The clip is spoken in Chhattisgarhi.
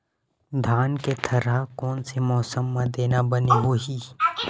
धान के थरहा कोन से मौसम म देना बने होही?